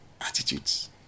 attitudes